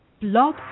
Blog